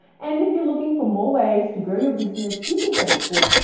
and if you're looking for more ways to grow your business using facebook,